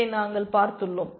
இதை நாங்கள் பார்த்துள்ளோம்